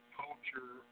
culture